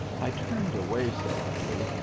i turned away, said he,